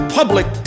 public